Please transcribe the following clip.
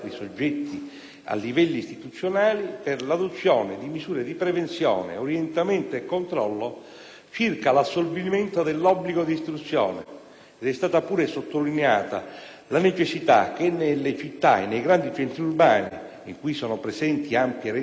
a livelli istituzionali per l'adozione di misure di prevenzione, orientamento e controllo circa l'assolvimento dell'obbligo di istruzione ed è stata pure sottolineata la necessità che nelle città e nei grandi centri urbani, in cui sono presenti ampie reti di scuole,